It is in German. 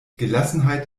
gelassenheit